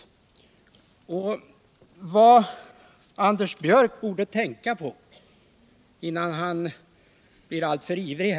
Anders Björck borde tänka på en sak innan han blir alltför ivrig.